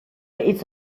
hitz